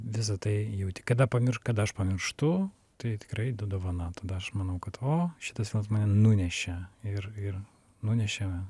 visa tai jauti kada pamirš kad aš pamirštu tai tikrai do dovana tada aš manau kad o šitas filmas mane nunešė ir ir nunešė